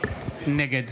נגד